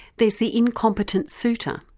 there's the incompetent suitor,